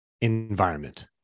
environment